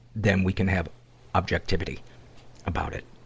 then we can have objectivity about it.